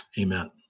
amen